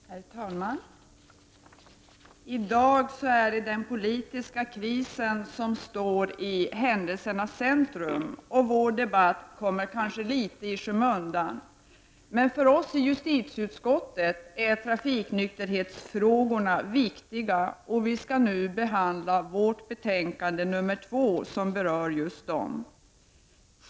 Herr talman! I dag är det den politiska krisen som står i händelsernas centrum, så den här debatten kommer kanske litet i skymundan. Men för oss ledamöter i justitieutskottet är trafiknykterhetsfrågorna viktiga, och vi skall nu behandla justitieutskottets betänkande nr 2 som berör just dem.